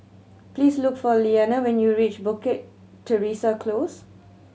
please look for Liana when you reach Bukit Teresa Close